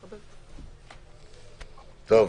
טוב.